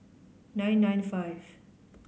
nine nine five